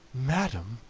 madam,